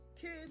kids